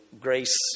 Grace